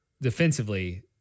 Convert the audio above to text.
Defensively